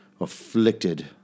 afflicted